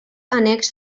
annex